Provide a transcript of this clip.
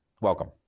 Welcome